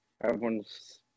everyone's